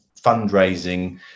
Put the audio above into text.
fundraising